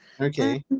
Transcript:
okay